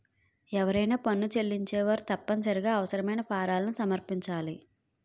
ఎవరైనా పన్ను చెల్లించేవారు తప్పనిసరిగా అవసరమైన ఫారాలను సమర్పించాలి